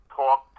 talk